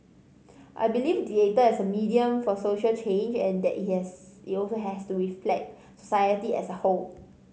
I believe theatre is a medium for social change and that it has it also has to reflect society as a whole